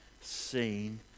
seen